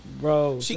Bro